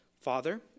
father